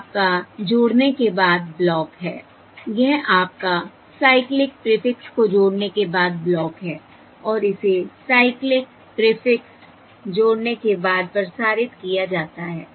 यह आपका जोड़ने के बाद ब्लॉक है यह आपका साइक्लिक प्रीफिक्स को जोड़ने के बाद ब्लॉक है और इसे साइक्लिक प्रीफिक्स जोड़ने के बाद प्रसारित किया जाता है